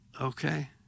okay